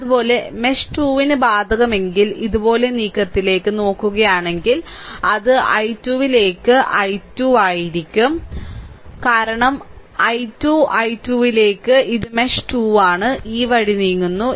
അതുപോലെ മെഷ് 2 ന് ബാധകമെങ്കിൽ ഇതുപോലുള്ള നീക്കത്തിലേക്ക് നോക്കുകയാണെങ്കിൽ അത് I2 ലേക്ക് 12 ആയിരിക്കും കാരണം 12 I2 ലേക്ക് ഇത് മെഷ് 2 ആണ് ഈ വഴി നീങ്ങുന്നു